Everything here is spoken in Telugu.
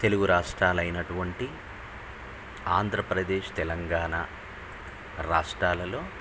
తెలుగు రాష్ట్రాలు అయినటువంటి ఆంధ్రప్రదేశ్ తెలంగాణ రాష్ట్రాలలో